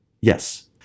Yes